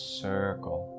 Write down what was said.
circle